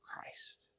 Christ